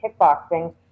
kickboxing